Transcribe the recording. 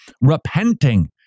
repenting